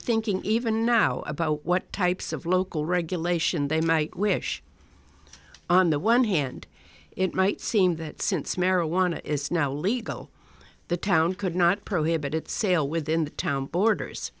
thinking even now about what types of local regulation they might wish on the one hand it might seem that since marijuana is now legal the town could not prohibit its sale within the town borders